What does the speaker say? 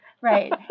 Right